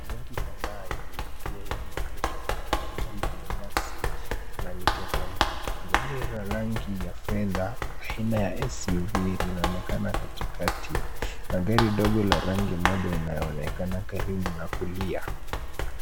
Gari kadhaa yaliyokuwa yameegeshwa kwenye eneo lenye nyasi na miteremko. Gari la rangi ya fedha aina ya SUV, linaonekana katikati na gari ndogo la rangi moja inayoonekana karibu kulia.